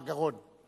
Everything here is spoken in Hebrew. אה, הגרון.